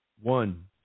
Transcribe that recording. One